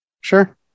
sure